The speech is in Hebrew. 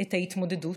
את ההתמודדות,